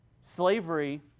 Slavery